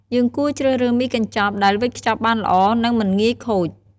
យើងគួរជ្រើសរើសមីកញ្ចប់ដែលវេចខ្ចប់បានល្អ និងមិនងាយខូច។